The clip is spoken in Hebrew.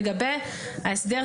הוספנו